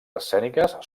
escèniques